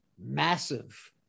massive